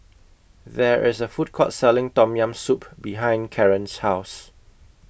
There IS A Food Court Selling Tom Yam Soup behind Karen's House